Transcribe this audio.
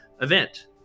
event